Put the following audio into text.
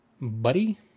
buddy